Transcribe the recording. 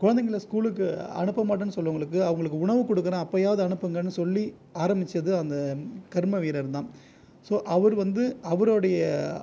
குழந்தைங்களை ஸ்கூலுக்கு அனுப்ப மாட்டேன்னு சொன்னவங்களுக்கு அவங்களுக்கு உணவு கொடுக்கிறேன் அப்போயாவது அனுப்புங்கன்னு சொல்லி ஆரம்பித்தது அந்த கர்மவீரர் தான் ஸோ அவரு வந்து அவரோடைய